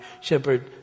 shepherd